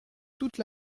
toute